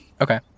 Okay